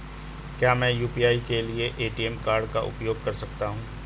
क्या मैं यू.पी.आई के लिए ए.टी.एम कार्ड का उपयोग कर सकता हूँ?